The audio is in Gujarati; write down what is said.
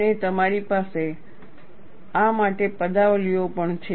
અને તમારી પાસે આ માટે પદાવલિઓ પણ છે